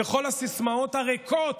וכל הסיסמאות הריקות